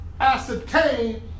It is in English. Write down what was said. ascertain